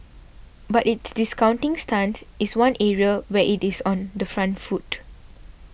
but its discounting stance is one area where it is on the front foot